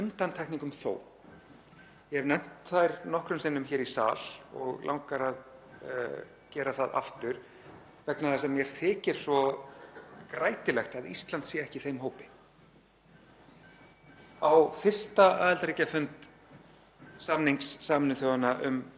grætilegt að Ísland sé ekki í þeim hópi. Á fyrsta aðildarríkjafundi samnings Sameinuðu þjóðanna um bann við kjarnavopnum mættu að mig minnir fimm aðildarríki NATO, þar á meðal Þýskaland og Noregur.